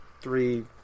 three